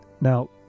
Now